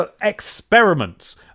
Experiments